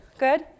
Good